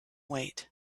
wait